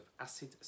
acid